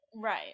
Right